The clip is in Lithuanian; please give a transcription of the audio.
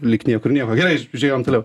lyg niekur nieko gerai važiuojam toliau